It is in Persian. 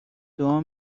دعا